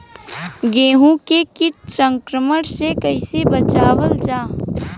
गेहूँ के कीट संक्रमण से कइसे बचावल जा?